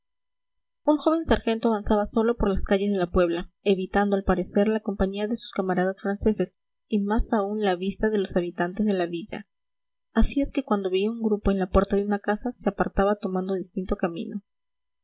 un joven sargento avanzaba solo por las calles de la puebla evitando al parecer la compañía de sus camaradas franceses y más aún la vista de los habitantes de la villa así es que cuando veía un grupo en la puerta de una casa se apartaba tomando distinto camino